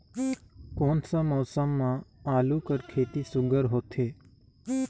कोन सा मौसम म आलू कर खेती सुघ्घर होथे?